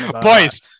boys